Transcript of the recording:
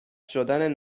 شدن